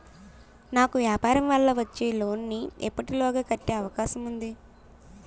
నాకు వ్యాపార వల్ల వచ్చిన లోన్ నీ ఎప్పటిలోగా కట్టే అవకాశం ఉంది?